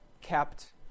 kept